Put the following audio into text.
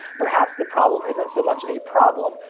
perhaps the problem isn't so much a problem,